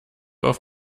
auf